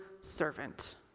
servant